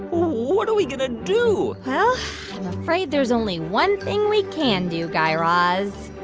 what are we going to do? well, i'm afraid there's only one thing we can do, guy raz